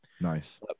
Nice